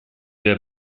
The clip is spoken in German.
der